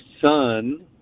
son